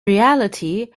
reality